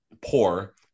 poor